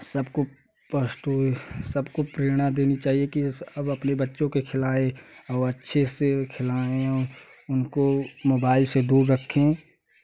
सबको प्रस्तुत सबको प्रेरणा देना चाहिए कि इस अपने बच्चों को खेलाएँ और अच्छे से खेलाएँ उनको मोबाइल से दूर रखे